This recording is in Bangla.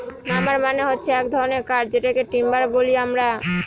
নাম্বার মানে হচ্ছে এক ধরনের কাঠ যেটাকে টিম্বার বলি আমরা